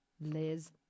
Liz